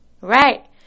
Right